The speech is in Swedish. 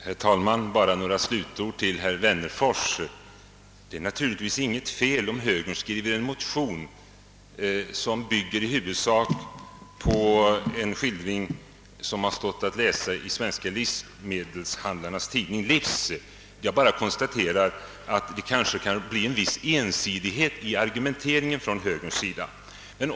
Herr talman! Bara några slutord till herr Wennerfors. Det är naturligtvis inget fel om högern skriver en motion som i huvudsak bygger på en skildring i Sveriges livsmedelshandlareförbunds tidning Livs. Jag konstaterar bara att det under sådana förhållanden kanske kan bli en viss ensidighet i argumenteringen från högerns sida.